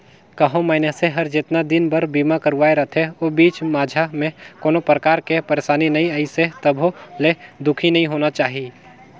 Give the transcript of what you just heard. कहो मइनसे हर जेतना दिन बर बीमा करवाये रथे ओ बीच माझा मे कोनो परकार के परसानी नइ आइसे तभो ले दुखी नइ होना चाही